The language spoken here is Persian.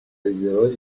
ازدواج